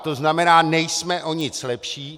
To znamená, nejsme o nic lepší.